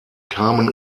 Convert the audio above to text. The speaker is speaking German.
kamen